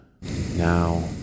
now